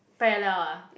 parallel ah